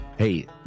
Hey